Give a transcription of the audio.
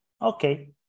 okay